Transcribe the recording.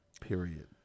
Period